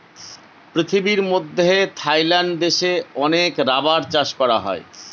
পৃথিবীর মধ্যে থাইল্যান্ড দেশে অনেক রাবার চাষ করা হয়